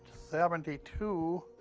seventy two.